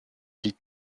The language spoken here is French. des